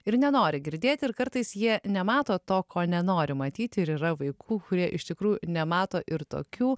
ir nenori girdėti ir kartais jie nemato to ko nenori matyti ir yra vaikų kurie iš tikrųjų nemato ir tokių